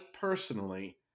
personally